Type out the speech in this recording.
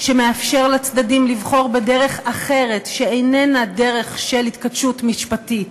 שמאפשר לצדדים לבחור בדרך אחרת שאיננה דרך של התכתשות משפטית